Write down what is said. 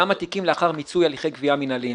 כמה תיקים לאחר מיצוי הליכי גבייה מינהליים?